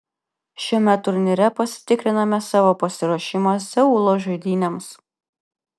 šiame turnyre pasitikriname savo pasiruošimą seulo žaidynėms